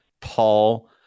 paul